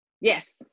yes